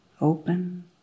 open